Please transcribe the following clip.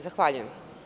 Zahvaljujem.